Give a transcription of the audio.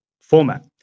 format